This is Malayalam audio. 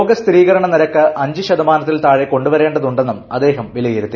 രോഗ സ്ഥിരീകരണ നിരക്ക് അഞ്ച് ശതമാനത്തിൽ താഴെ കൊണ്ടുവരേണ്ടതുണ്ട് എന്നും അദ്ദേഹം വിലയിരുത്തി